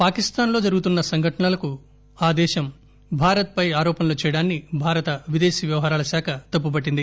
పాకిస్టాస్లో జరుగుతున్న సంఘటనలకు ఆదేశం భారత్ పై ఆరోపణలు చేయడాన్ని భారత విదేశీ వ్యవహారాల శాఖ తప్పుపట్టింది